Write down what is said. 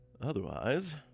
Otherwise